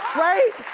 right,